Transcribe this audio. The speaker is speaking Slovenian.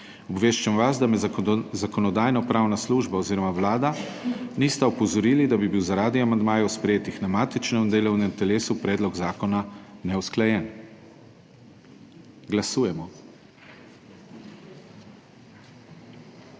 Obveščam vas, da me Zakonodajnopravna služba oziroma Vlada nista opozorili, da bi bil zaradi amandmajev, sprejetih na matičnem delovnem telesu, predlog zakona neusklajen. Glasujemo.